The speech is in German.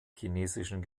chinesischen